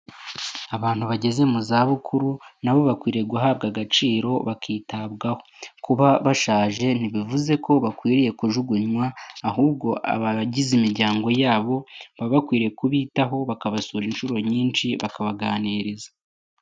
Abantu bageze mu za bukuru nabo bakwiye guhabwa agaciro bakitabwaho, kuba bashaje ntibivuze ko bakwiriye kujugunywa, ahubwo abagize imiryango yabo, baba bakwiririye kubitaho, bakabasura inshuro nyinshi bakabaganiriza.